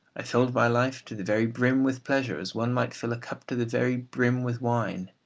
i filled my life to the very brim with pleasure, as one might fill a cup to the very brim with wine.